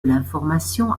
l’information